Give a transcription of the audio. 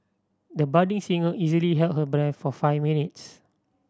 the budding singer easily held her breath for five minutes